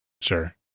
Sure